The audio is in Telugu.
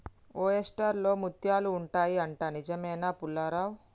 ఓయెస్టర్ లో ముత్యాలు ఉంటాయి అంట, నిజమేనా పుల్లారావ్